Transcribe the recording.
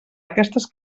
aquestes